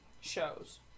shows